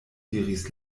diris